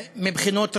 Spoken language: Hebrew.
מבחינות רבות.